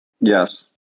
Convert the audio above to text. Yes